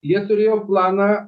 jie turėjo planą